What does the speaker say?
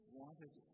wanted